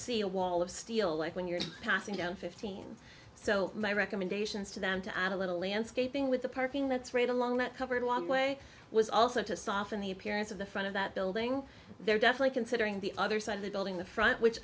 see a wall of steel like when you're passing down fifteen so my recommendations to them to add a little landscaping with the parking that's right along that covered walkway was also to soften the appearance of the front of that building they're definitely considering the other side of the building the front which